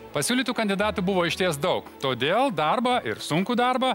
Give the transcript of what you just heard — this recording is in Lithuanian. pasiūlytų kandidatų buvo išties daug todėl darbą ir sunkų darbą